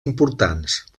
importants